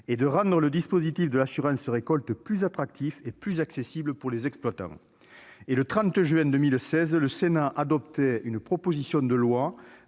et de rendre le dispositif de l'assurance récolte plus attractif et plus accessible pour les exploitants. Le 30 juin 2016, le Sénat adoptait une proposition de loi